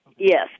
Yes